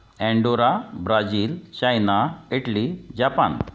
Andorra Brazil China Italy Japan